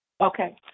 Okay